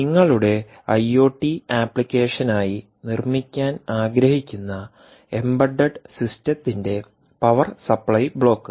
നിങ്ങളുടെ ഐഒടി ആപ്ലിക്കേഷനായി നിർമ്മിക്കാൻ ആഗ്രഹിക്കുന്ന എംബഡഡ് സിസ്റ്റത്തിന്റെ പവർ സപ്ലൈ ബ്ലോക്ക്